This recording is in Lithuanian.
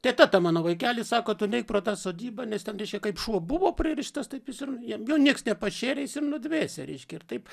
teta ta mano vaikeli sako tu neik pro tą sodybą nes ten reiškia kaip šuo buvo pririštas taip jis ir jo nieks nepašerė jis ir nudvėsė reiškia ir taip